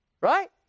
Right